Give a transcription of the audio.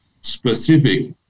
specific